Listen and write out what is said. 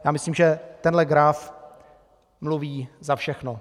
Já myslím, že tenhle graf mluví za všechno.